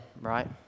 right